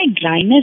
dryness